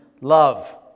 Love